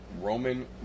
Roman